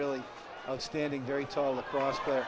really outstanding very tall across